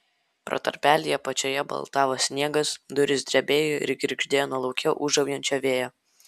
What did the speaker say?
pro tarpelį apačioje baltavo sniegas durys drebėjo ir girgždėjo nuo lauke ūžaujančio vėjo